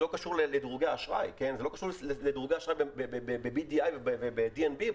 זה לא קשור לדירוגי אשראי ב-BDI או ב-DNB,